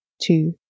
two